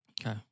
Okay